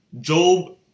Job